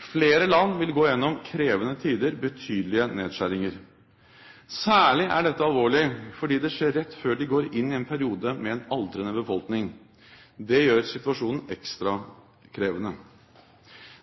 Flere land vil gå igjennom krevende tider med betydelige nedskjæringer. Særlig er dette alvorlig fordi det skjer rett før de går inn i en periode med en aldrende befolkning. Det gjør situasjonen ekstra krevende.